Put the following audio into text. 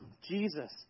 Jesus